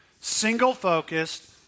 single-focused